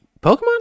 pokemon